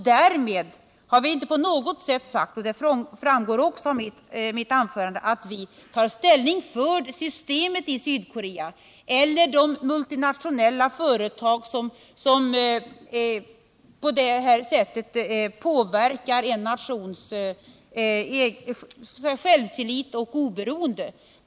Därmed har vi inte på något sätt sagt att vi tar ställning för systemet i Sydkorea eller de multinationella företag som på detta sätt påverkar en nations självtillit och oberoende.